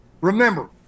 remember